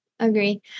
Agree